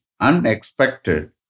unexpected